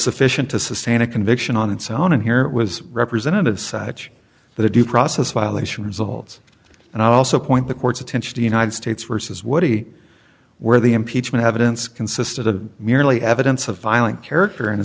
sufficient to sustain a conviction on its own and here was representative such that a due process violation results and also point the court's attention the united states versus woody where the impeachment evidence consisted of merely evidence of violent character